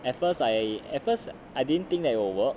at first I at first I didn't think that you will work